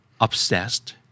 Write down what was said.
obsessed